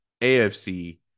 AFC